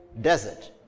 desert